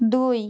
দুই